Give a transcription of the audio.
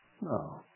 No